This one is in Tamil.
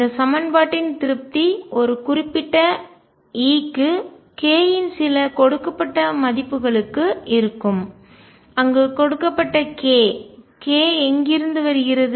இந்த சமன்பாட்டின் திருப்தி ஒரு குறிப்பிட்ட E க்கு k இன் சில கொடுக்கப்பட்ட மதிப்புகளுக்கு இருக்கும் அங்கு கொடுக்கப்பட்ட k k எங்கிருந்து வருகிறது